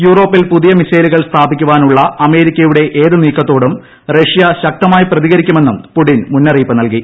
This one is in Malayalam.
യൂറോപ്പിൽ പുതിയ മിസൈലുകൾ സ്ഥാപിക്കാനുള്ള അമേരിക്കയുടെ ഏത് നീക്കത്തോടും റഷ്യ ശക്തമായി പ്രതികരിക്കുമെന്നും പുടിൻ മുന്നറിയിപ്പ് നൽകി